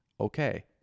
okay